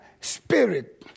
spirit